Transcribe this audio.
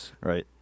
Right